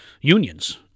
unions